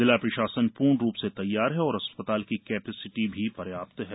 जिला प्रशासन पूर्ण रूप से तैयार है तथा अस्पताल की केपेसिटी भी पर्याप्त है